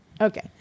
Okay